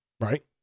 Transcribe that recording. right